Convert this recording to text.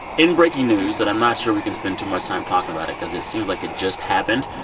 in breaking news that i'm not sure we can spend too much time talking about it because it seems like it just happened,